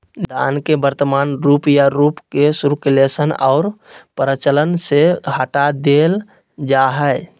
धन के वर्तमान रूप या रूप के सर्कुलेशन और प्रचलन से हटा देल जा हइ